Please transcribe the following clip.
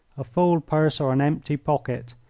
a full purse or an empty pocket,